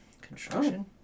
Construction